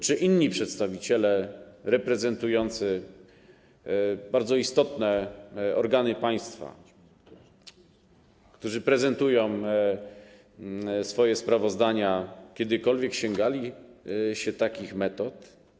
Czy inni przedstawiciele reprezentujący bardzo istotne organy państwa, którzy prezentują swoje sprawozdania, kiedykolwiek sięgali po takie metody?